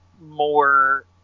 more